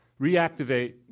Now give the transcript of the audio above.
reactivate